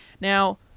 Now